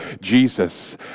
Jesus